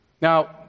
Now